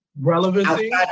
Relevancy